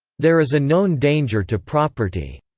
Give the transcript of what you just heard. there is a known danger to property.